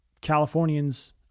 Californians